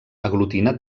aglutina